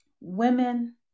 women